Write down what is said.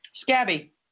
scabby